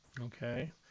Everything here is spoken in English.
Okay